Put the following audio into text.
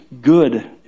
good